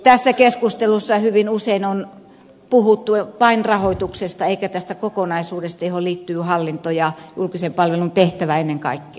tässä keskustelussa hyvin usein on puhuttu vain rahoituksesta eikä tästä kokonaisuudesta johon liittyy hallinto ja julkisen palvelun tehtävä ennen kaikkea